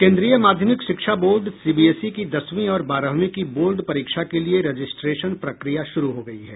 केन्द्रीय माध्यमिक शिक्षा बोर्ड सीबीएसई की दसवीं और बारहवीं की बोर्ड परीक्षा के लिए रजिस्ट्रेशन प्रक्रिया शुरू हो गयी है